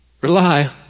Rely